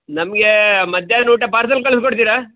ನಮಗೆ ಮಧ್ಯಾಹ್ನ ಊಟ ಪಾರ್ಸಲ್ ಕಳಿಸ್ಕೊಡ್ತೀರಾ